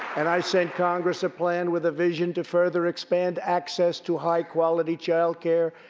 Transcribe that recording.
and i sent congress a plan with a vision to further expand access to high-quality childcare,